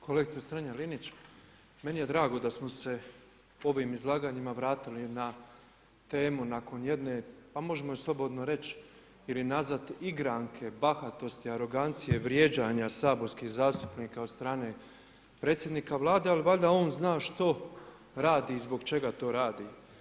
Kolegice Strenja-Linić, meni je drago da smo se ovim izlaganjima vratili na temu nakon jedne, pa možemo slobodno reći ili nazvat igranke bahatosti, arogancije, vrijeđanja saborskih zastupnika od strane predsjednika Vlade ali valjda on zna što radi i zbog čega to radi.